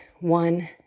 one